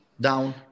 down